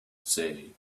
say